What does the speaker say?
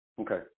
okay